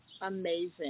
amazing